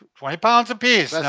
twenty pounds a piece.